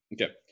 Okay